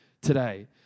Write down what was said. today